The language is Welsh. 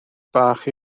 bach